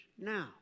Now